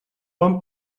bon